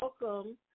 welcome